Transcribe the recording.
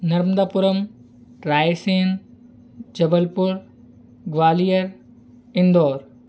Narmadapuram Raisen Jabalpur Gwalior Indore